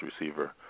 receiver